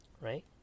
right